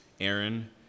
Aaron